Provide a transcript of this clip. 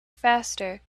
faster